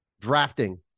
drafting